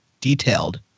detailed